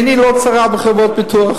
עיני לא צרה בחברות ביטוח,